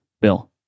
bill